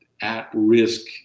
at-risk